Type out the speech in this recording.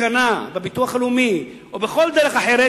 בתקנה בביטוח הלאומי או בכל דרך אחרת,